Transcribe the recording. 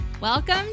Welcome